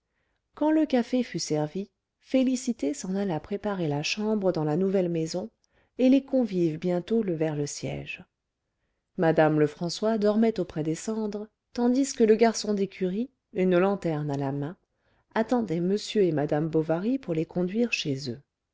quand le café fut servi félicité s'en alla préparer la chambre dans la nouvelle maison et les convives bientôt levèrent le siège madame lefrançois dormait auprès des cendres tandis que le garçon d'écurie une lanterne à la main attendait m et madame bovary pour les conduire chez eux